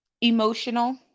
Emotional